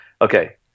Okay